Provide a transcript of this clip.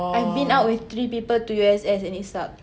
I've been out with three people to U_S_S and it sucked